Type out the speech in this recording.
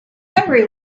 every